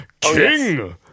King